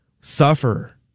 suffer